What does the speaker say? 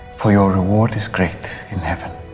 for your reward is great in heaven.